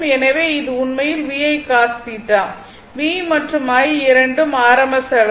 எனவே இது உண்மையில் V I cos θ V மற்றும் I இரண்டும் rms அளவு